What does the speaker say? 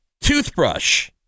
Toothbrush